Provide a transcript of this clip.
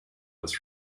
als